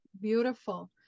beautiful